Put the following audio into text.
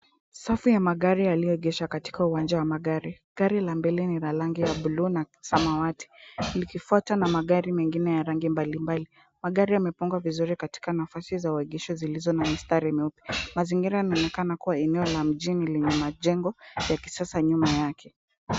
Safu ya magari yaliyoegeshwa katika uwanja wa magari. Gari la mbele ni la rangi ya buluu na samawati likifuatwa na magari mengine ya rangi mbalimbali. Magari yamepangwa vizuri katika nafasi za uegesho zilizo na mistari mieupe. Mazingira yanaonekana kuwa eneo la mjini lenye majengo ya kisasa nyuma yake.